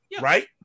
right